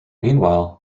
meanwhile